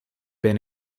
been